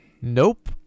Nope